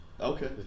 Okay